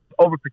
overprotective